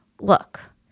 Look